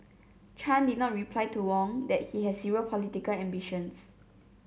chan did not reply to Wong that he has zero political ambitions